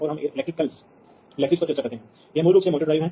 तो आप या तो एक पेड़ से एक अलग शाखा रख सकते हैं